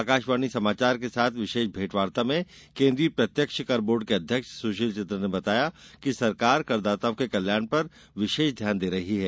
आकाशवाणी समाचार के साथ विशेष भेंटवार्ता में केन्द्रीय प्रत्यक्ष कर बोर्ड के अध्यक्ष सुशील चन्द्र ने बताया कि सरकार करदाताओं के कल्याण पर विशेष ध्यान दे रही हैं